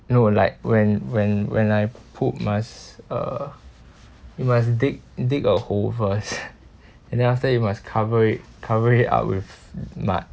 no like when when when I poop must uh you must dig dig a hole first and then after that you must cover it cover it up with mud